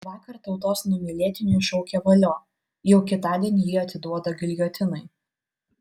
vakar tautos numylėtiniui šaukę valio jau kitądien jį atiduoda giljotinai